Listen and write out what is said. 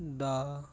ਦਾ